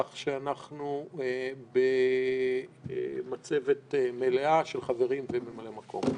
כך שאנחנו במצבת מלאה של חברים וממלאי מקום.